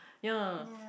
ya